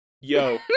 Yo